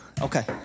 okay